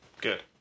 good